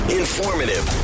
informative